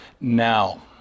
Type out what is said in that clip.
now